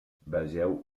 vegeu